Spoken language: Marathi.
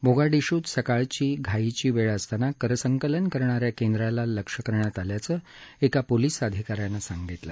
मोगाडिशूत सकाळची घाईची वेळ असताना करसंकलन करणाऱ्या केंद्राला लक्ष्य करण्यात आल्याचं एका पोलिस अधिकाऱ्यानं सांगितलं